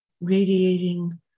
radiating